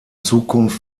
zukunft